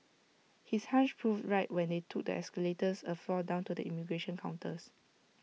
his hunch proved right when they took the escalators A floor down to the immigration counters